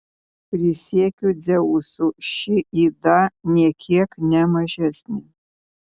prisiekiu dzeusu ši yda nė kiek ne mažesnė